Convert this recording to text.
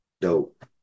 Dope